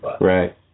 Right